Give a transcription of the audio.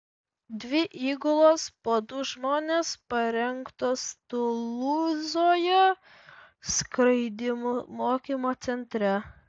dvi įgulos po du žmones parengtos tulūzoje skraidymų mokymo centre